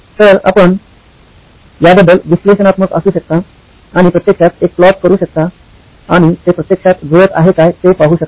तर आपण याबद्दल विश्लेषणात्मक असू शकता आणि प्रत्यक्षात एक प्लॉट करू शकता आणि ते प्रत्यक्षात जुळत आहे काय ते पाहू शकता